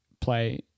play